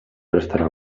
prestarà